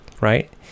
right